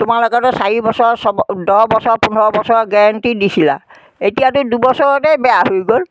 তোমাৰ লগতে চাৰি বছৰ ছয়বছৰ দহ বছৰ পোন্ধৰ বছৰ গেৰেণ্টি দিছিলা এতিয়াতো দুবছৰতেই বেয়া হৈ গ'ল